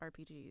RPGs